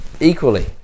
equally